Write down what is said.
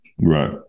right